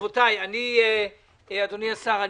אדוני השר,